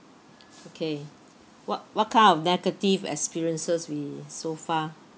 okay what what kind of negative experiences we so far